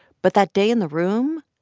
but that day in the room,